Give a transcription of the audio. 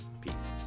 peace